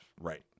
Right